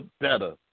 better